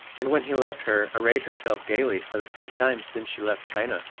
and when he left her arrayed herself gaily for the first time since she left china.